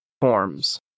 forms